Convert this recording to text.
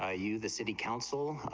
ah you the city council,